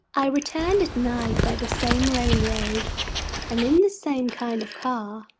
i returned at night by the same railroad and in the same kind of car.